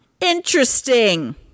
interesting